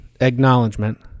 Acknowledgement